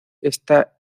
está